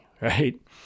right